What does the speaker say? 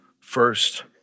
first